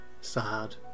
sad